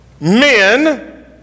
men